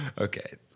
Okay